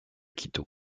quito